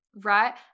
Right